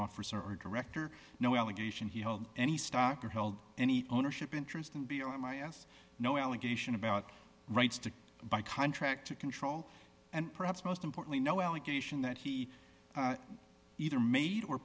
officer or director no allegation he held any stock or held any ownership interest and be on my ass no allegation about rights to buy contract control and perhaps most importantly no allegation that he either made or